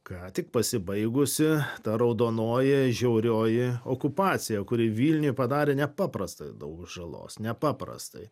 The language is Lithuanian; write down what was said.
ką tik pasibaigusi ta raudonoji žiaurioji okupacija kuri vilniui padarė nepaprastai daug žalos nepaprastai